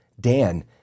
Dan